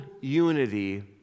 unity